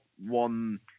one